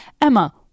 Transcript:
Emma